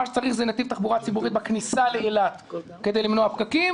מה שצריך זה נתיב תחבורה ציבורית בכניסה לאילת כדי למנוע פקקים.